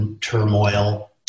turmoil